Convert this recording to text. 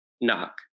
knock